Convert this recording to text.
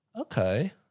okay